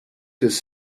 his